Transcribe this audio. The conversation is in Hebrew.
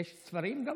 יש גם ספרים?